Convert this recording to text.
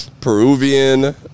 Peruvian